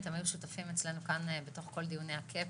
הם היו שותפים אצלנו כאן לכל דיוני ה-cap.